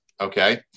Okay